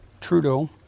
Trudeau